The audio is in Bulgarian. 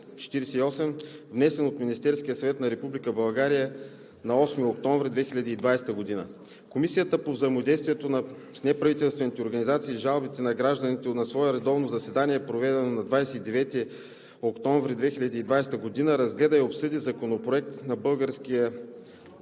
внесен от Министерския съвет на Република България на 7 октомври 2020 г. Комисията по взаимодействието с неправителствените организации и жалбите на гражданите на свое редовно заседание, проведено на 29 октомври 2020 г., разгледа и обсъди Законопроект за българския